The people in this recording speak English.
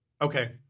Okay